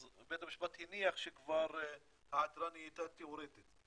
אז בית המשפט הניח שהעתירה נהייתה תיאורטית.